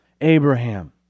Abraham